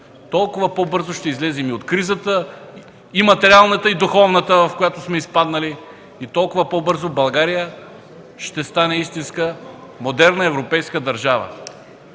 толкова по-бързо ще излезем и от кризата – и материалната, и духовната, в която сме изпаднали, толкова по-бързо България ще стане истинска модерна европейска държава.